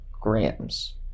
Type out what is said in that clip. grams